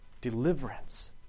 deliverance